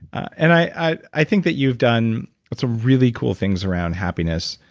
and i i think that you've done some really cool things around happiness